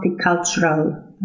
multicultural